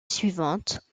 suivante